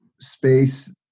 space